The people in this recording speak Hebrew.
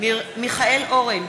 מיכאל אורן,